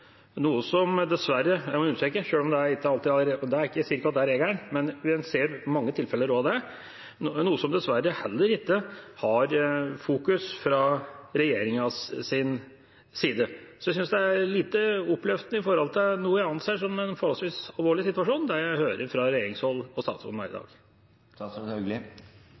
jeg må understreke at jeg sier ikke at det alltid er regelen, men en ser mange tilfeller av det – noe som dessverre heller ikke har fokus fra regjeringas side. Jeg syns det jeg hører fra regjeringshold og statsråden her i dag, er lite oppløftende med tanke på det jeg anser som en forholdsvis alvorlig situasjon. Nå oppfattet jeg